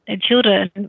children